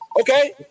Okay